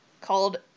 called